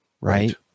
Right